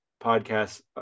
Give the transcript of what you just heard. podcasts